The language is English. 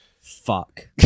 fuck